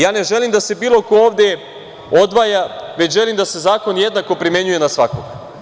Ja ne želim da se bilo ko ovde odvaja, već želim da se zakon jednako primenjuje na svakog.